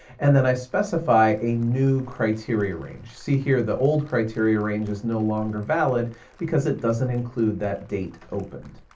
and then i specify a new criteria range. see here the old criteria range is no longer valid because it doesn't include that date opened.